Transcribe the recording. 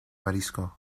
marisco